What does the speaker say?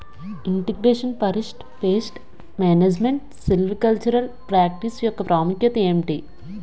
integration forest pest management silvicultural practice యెక్క ప్రాముఖ్యత ఏంటి